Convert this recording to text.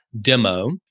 demo